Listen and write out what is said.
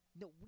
No